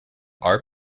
are